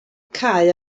cau